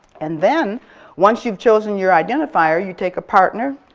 and then once you've chosen your identifier, you take a partner,